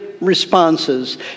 responses